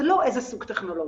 זה לא איזה סוג טכנולוגיה.